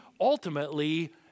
ultimately